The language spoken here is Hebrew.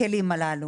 הכלים הללו.